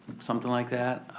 somethin' like that.